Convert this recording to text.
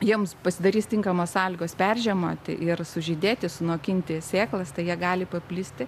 jiems pasidarys tinkamas sąlygos peržiemoti ir sužydėti sunokinti sėklas tai jie gali paplisti